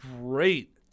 great